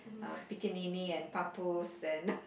uh and pappus and